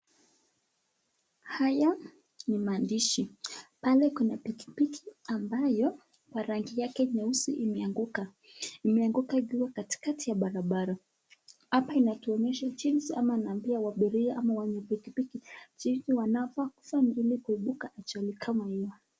Haya ni maandishi. Pale kuna pikipiki ambayo kwa rangi yake nyeusi imeanguka. Imeanguka juu katikati ya barabara. Hapa inatuonyesha jinsi ama inambia wabiria ama wanyepiki jinsi wanavyofanya ili kuibuka ajali kama hiyo.